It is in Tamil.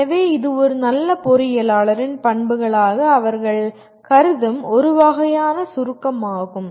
எனவே இது ஒரு நல்ல பொறியியலாளரின் பண்புகளாக அவர்கள் கருதும் ஒரு வகையான சுருக்கமாகும்